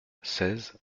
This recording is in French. seize